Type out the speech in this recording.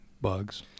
Bugs